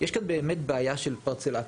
זה בעיה של פרצלציה.